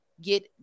get